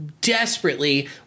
desperately